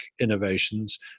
innovations